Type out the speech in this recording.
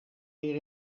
weer